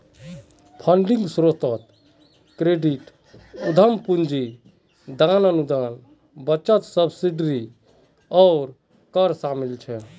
funding स्रोतोत credit, उद्दाम पूंजी, दान, अनुदान, बचत, सब्सिडी आर कर शामिल छे